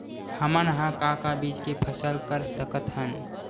हमन ह का का बीज के फसल कर सकत हन?